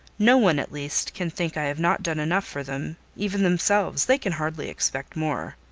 no one, at least, can think i have not done enough for them even themselves, they can hardly expect more.